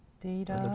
data.